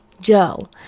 Joe